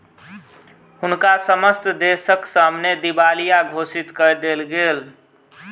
हुनका समस्त देसक सामने दिवालिया घोषित कय देल गेल